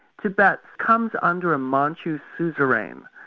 tibet comes under a manchu suzerain.